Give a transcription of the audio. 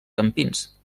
campins